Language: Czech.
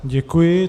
Děkuji.